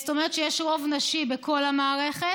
זאת אומרת שיש רוב נשי בכל המערכת.